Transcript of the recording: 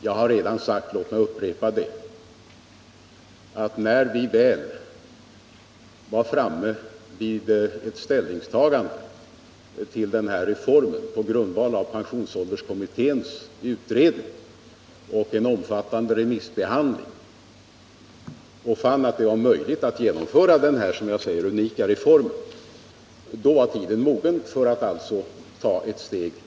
Jag har redan sagt att vi, när vi väl var framme vid ett ställningstagande till den här reformen på grundval av pensionsålderskommitténs utredning och en omfattande remissbehandling samt fann att det var möjligt att genomföra denna unika reform, kom fram till att tiden var mogen för att ta ytterligare ett steg.